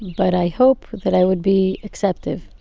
but i hope that i would be acceptive.